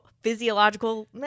physiological